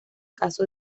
caso